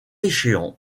échéant